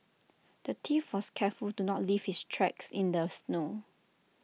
the thief was careful to not leave his tracks in the snow